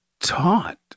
taught